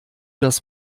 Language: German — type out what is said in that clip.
das